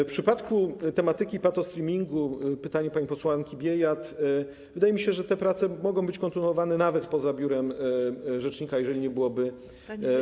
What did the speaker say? W przypadku tematyki patostreamingu, pytanie pani posłanki Biejat, wydaje mi się, że te prace mogą być kontynuowane nawet poza biurem rzecznika, jeżeli nie byłoby woli.